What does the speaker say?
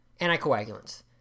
Anticoagulants